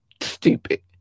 stupid